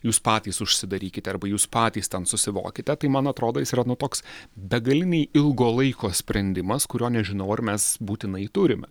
jūs patys užsidarykite arba jūs patys ten susivokite tai man atrodo jis yra nu toks begaliniai ilgo laiko sprendimas kurio nežinau ar mes būtinai turime